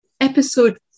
Episode